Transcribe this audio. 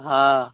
हँ